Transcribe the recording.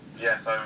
Yes